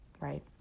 right